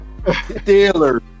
Steelers